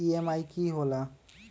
EMI की होला?